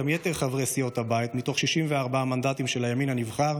גם יתר חברי סיעות הבית מתוך 64 המנדטים של הימין הנבחר